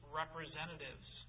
representatives